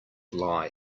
lie